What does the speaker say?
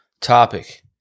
topic